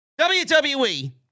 WWE